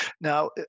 Now